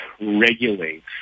regulates